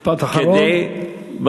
כדי, משפט אחרון.